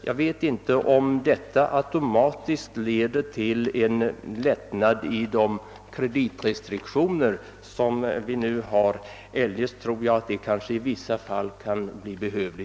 Jag vet inte om detta automatiskt leder till en lättnad i de kreditrestriktioner som vi nu har. Om så inte är fallet tror jag att även en sådan lättnad i vissa fall kan bli behövlig.